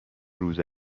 روز